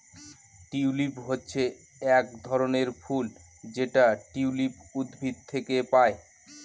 tulip হচ্ছে এক ধরনের ফুল যেটা টিউলিপ উদ্ভিদ থেকে পায়